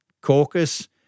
caucus